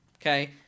okay